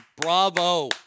bravo